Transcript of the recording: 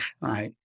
right